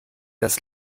das